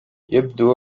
يبدو